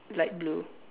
light blue